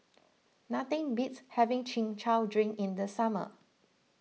nothing beats having Chin Chow Drink in the summer